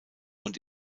und